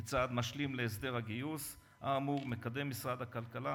כצעד משלים להסדר הגיוס האמור משרד הכלכלה